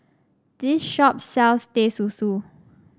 this shop sells Teh Susu